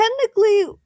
technically